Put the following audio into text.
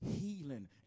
healing